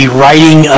writing